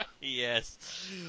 Yes